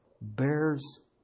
bears